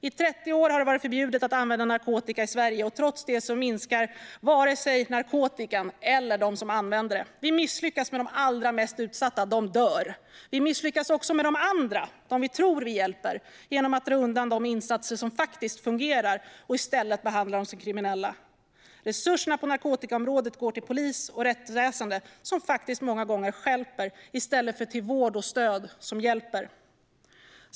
I 30 år har det varit förbjudet att använda narkotika i Sverige, men trots det minskar vare sig narkotikan eller antalet som använder den. Vi misslyckas med de allra mest utsatta. De dör. Vi misslyckas också med de andra, de som vi tror att vi hjälper, genom att dra undan de insatser som faktiskt fungerar och i stället behandla dem som kriminella. Resurserna på narkotikaområdet går till polis och rättsväsen, som faktiskt många gånger stjälper, i stället för till vård och stöd som hjälper.